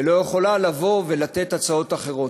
ולא יכולה לבוא ולתת הצעות אחרות.